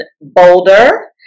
Boulder